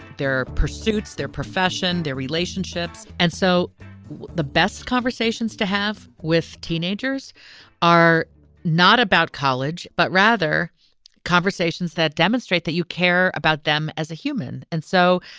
their pursuits, their profession, their relationships and so the best conversations to have with teenagers are not about college, but rather conversations that demonstrate that you care about them as a human. and so,